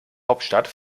hauptstadt